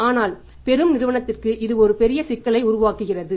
ஆனால் பெறும் நிறுவனத்திற்கு இது பெரிய சிக்கலை உருவாக்குகிறது